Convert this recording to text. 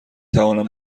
توانم